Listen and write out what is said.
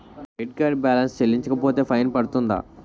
Credit card balance చెల్లించకపోతే fine పడ్తుంద?